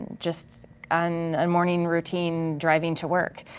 just on a morning routine driving to work,